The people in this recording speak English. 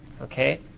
Okay